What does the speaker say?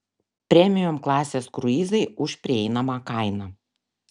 premium klasės kruizai už prieinamą kainą